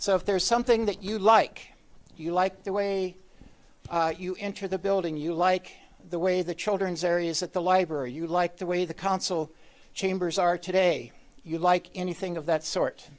so if there's something that you like if you like the way you enter the building you like the way the children's areas that the library you like the way the council chambers are today you like anything of that sort